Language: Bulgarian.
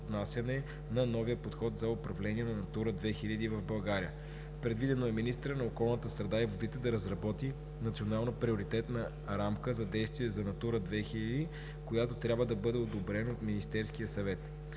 на новия подход за управление на „Натура 2000“ в България. Предвидено е министърът на околната среда и водите да разработи Национална приоритетна рамка за действие за „Натура 2000“, която трябва да бъде одобрена от Министерския съвет.